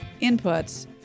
inputs